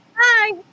Hi